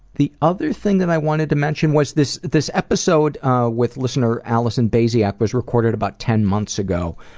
the other thing that i wanted to mention was this this episode with listener alison baziak was recorded about ten months ago,